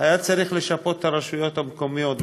היה צריך לשפות את הרשויות המקומיות,